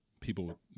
people